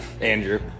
Andrew